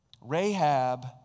Rahab